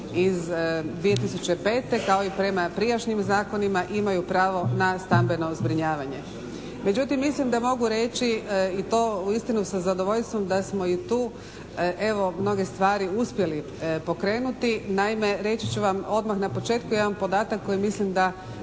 iz 2005. kao i prema prijašnjim zakonima imaju pravo na stambeno zbrinjavanje. Međutim, mislim da mogu reći i to uistinu sa zadovoljstvom da smo i tu evo mnoge stvari uspjeli pokrenuti. Naime, reći ću vam odmah na početku jedan podatak koji mislim da